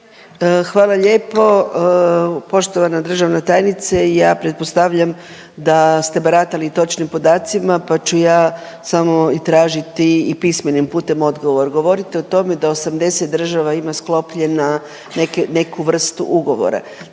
Hvala lijepo. Poštovana državna tajnice ja pretpostavljam da ste baratali točnim podacima pa ću ja samo i tražiti i pismenim putem odgovor. Govorite o tome da 80 država ima sklopljena neke, neku vrstu ugovora.